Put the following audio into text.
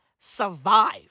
survive